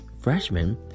freshman